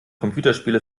computerspiele